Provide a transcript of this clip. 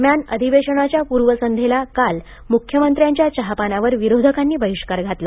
दरम्यान अधिवेशनाच्या पूर्वसंध्येला काल मुख्यमंत्र्यांच्या चहापानावर विरोधकांनी बहिष्कार घातला